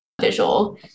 visual